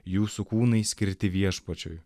jūsų kūnai skirti viešpačiui